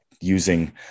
using